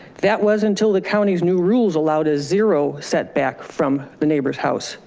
that was until the county's new rules allowed a zero setback from the neighbor's house,